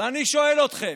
אני שואל אתכם: